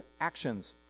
actions